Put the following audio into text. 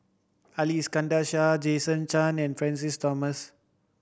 Ali Iskandar Shah Jason Chan and Francis Thomas